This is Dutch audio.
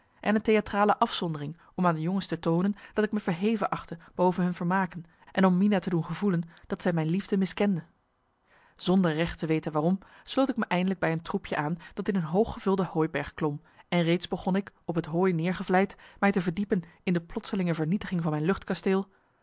en een theatrale afzondering om aan de jongens te toonen dat ik me verheven achtte boven hun vermaken en om mina te marcellus emants een nagelaten bekentenis doen gevoelen dat zij mijn liefde miskende zonder recht te weten waarom sloot ik me eindelijk bij een troepje aan dat in een hoog gevulde hooibarg klom en reeds begon ik op het hooi neergevlijd mij te verdiepen in de plotselinge vernietiging van mijn